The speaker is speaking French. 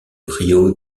río